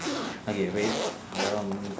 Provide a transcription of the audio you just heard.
okay wait um